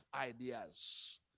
ideas